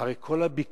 אחרי כל הביקורת,